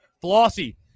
Flossy